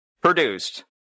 produced